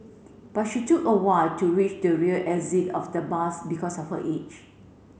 but she took a while to reach the rear exit of the bus because of her age